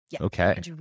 okay